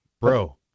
Bro